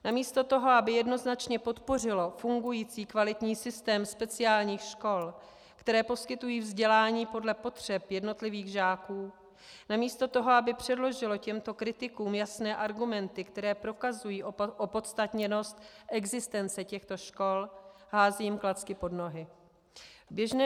Namísto toho, aby jednoznačně podpořilo fungující kvalitní systém speciálních škol, které poskytují vzdělání podle potřeb jednotlivých žáků, namísto toho, aby předložilo těmto kritikům jasné argumenty, které prokazují opodstatněnost existence těchto škol, hází jim klacky pod nohy.